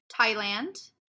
Thailand